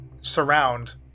surround